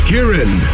Kieran